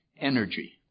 energy